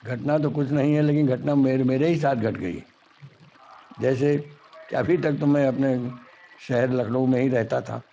घटना तो कुछ नहीं है लेकिन घटना मेरे मेरे ही साथ घट गई जैसे अभी तक तो मैं अपने शहर लखनऊ में ही रहता था